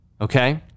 okay